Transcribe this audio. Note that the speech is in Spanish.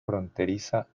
fronteriza